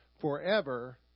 forever